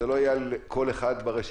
זה לא יהיה על כל אחד ברשימה.